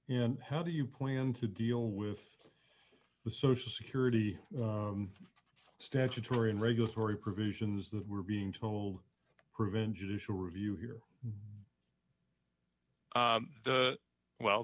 and how do you plan to deal with the social security statutory and regulatory provisions that were being told prevent judicial review here well the